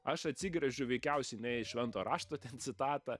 aš atsigręžiu veikiausiai ne į švento rašto ten citatą